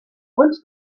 und